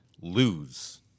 lose